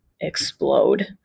explode